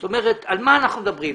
זאת אומרת, על מה אנחנו מדברים?